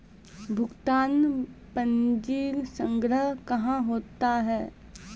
भुगतान पंजी संग्रह कहां होता हैं?